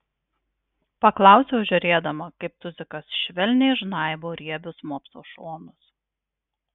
paklausiau žiūrėdama kaip tuzikas švelniai žnaibo riebius mopso šonus